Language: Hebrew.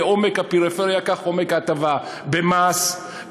כעומק הפריפריה כך עומק ההטבה: במס,